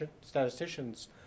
statisticians